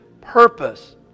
purpose